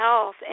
health